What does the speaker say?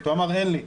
הוא אמר שאין לו,